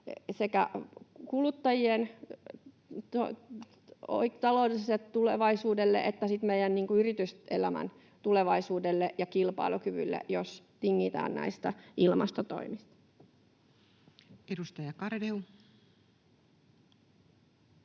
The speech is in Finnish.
sekä kuluttajien taloudelliselle tulevaisuudelle että meidän yrityselämän tulevaisuudelle ja kilpailukyvylle, jos tingitään näistä ilmastotoimista. [Speech